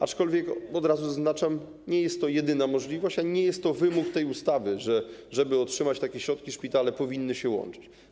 Aczkolwiek od razu zaznaczam: nie jest to jedyna możliwość ani nie jest to wymóg tej ustawy, że aby otrzymać takie środki, szpitale powinny się łączyć.